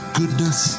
goodness